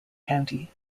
county